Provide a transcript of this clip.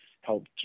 help